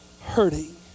hurting